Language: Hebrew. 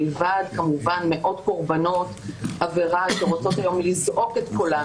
מלבד כמובן מאות קרבנות עבירה שרוצות היום לזעוק את קולן,